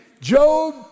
Job